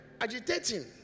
agitating